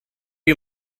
you